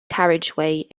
carriageway